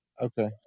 Okay